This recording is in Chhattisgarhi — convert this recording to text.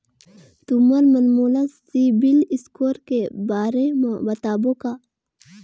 तुमन मन मोला सीबिल स्कोर के बारे म बताबो का?